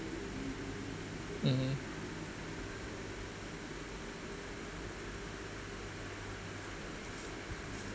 mm mm